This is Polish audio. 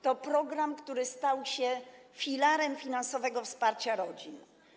To program, który stał się filarem finansowego wsparcia rodzin.